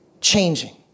changing